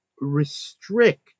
restrict